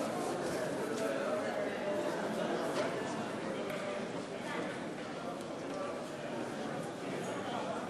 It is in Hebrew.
כבוד היושב-ראש,